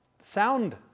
sound